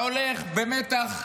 אתה הולך במתח.